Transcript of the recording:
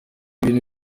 ibintu